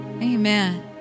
Amen